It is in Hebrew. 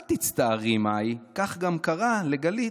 אל תצטערי, מאי, כך גם קרה לגלית.